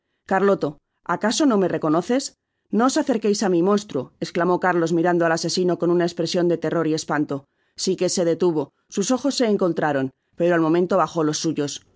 carloto acaso no me reconoces no os acerqueis á mi monstruo esclamó carlos mirando al asesino con una expresion de terror y espanto sikes se detuvo sus ojos se encontraron pero al momento bajó los suyos